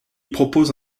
propose